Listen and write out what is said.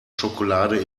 schokolade